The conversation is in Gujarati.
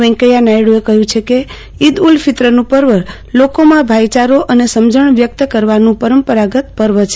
વેકૈયા નાયડુએ કહયું છે કે ઈદ ઉલ ફિત્રનું પર્વ લોકોમાં ભાઈચારો અને સમજણ વ્યકત કરવાનું પરંપરાગત પર્વ છે